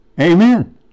Amen